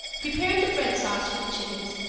prepared the bread sauce for the chickens,